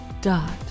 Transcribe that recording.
dot